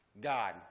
God